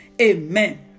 Amen